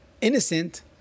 innocent